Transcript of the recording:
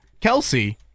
Kelsey